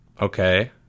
Okay